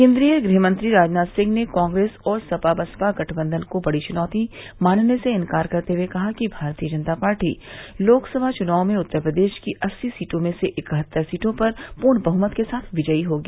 केन्द्रीय गृहमंत्री राजनाथ सिंह ने कांग्रेस और सपा बसपा गठबंधन को बड़ी चुनौती मानने से इंकार करते हुए कहा कि भारतीय जनता पार्टी लोकसभा चुनाव में उत्तर प्रदेश की अस्सी सीटों में से इकहत्तर सीटों पर पूर्ण बहुमत के साथ विजयी होगी